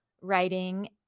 writing